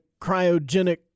cryogenic